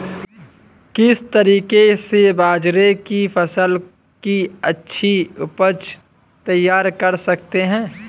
किस तरीके से बाजरे की फसल की अच्छी उपज तैयार कर सकते हैं?